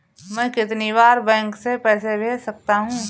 मैं कितनी बार बैंक से पैसे भेज सकता हूँ?